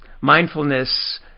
mindfulness